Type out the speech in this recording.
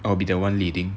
I'll be the one leading